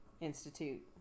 institute